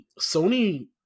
Sony